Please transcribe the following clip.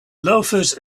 loafers